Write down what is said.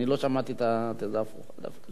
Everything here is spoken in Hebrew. אני לא שמעתי את התזה ההפוכה דווקא.